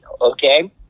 okay